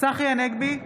צחי הנגבי,